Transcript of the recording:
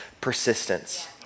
persistence